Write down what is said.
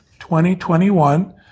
2021